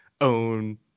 own